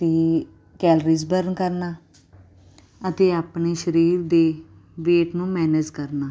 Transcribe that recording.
ਅਤੇ calories burn ਕਰਨਾ ਅਤੇ ਆਪਣੇ ਸਰੀਰ ਦੇ ਵੇਟ ਨੂੰ ਮੈਨੇਜ ਕਰਨਾ